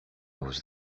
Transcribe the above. was